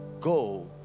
Go